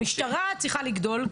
המשטרה צריכה לגדול,